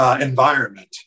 environment